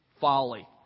folly